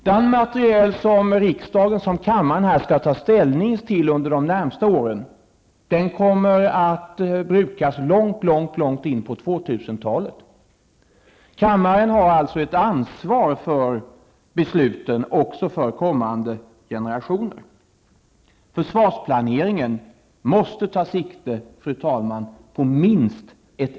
Den materiel som kammaren skall ta ställning till under de närmaste åren kommer att brukas långt in på 2000-talet. Kammaren har alltså ett ansvar för besluten också inför kommande generationer. Försvarsplaneringen måste ta sikte på åtminstone ett tioårsperspektiv.